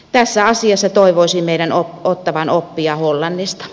tässä asiassa toivoisin meidän ottavan oppia hollannista